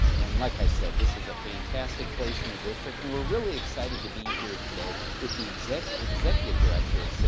and like i said, this is a fantastic place in the district, and we're really excited to be here today with the executive executive director of civitan,